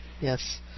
Yes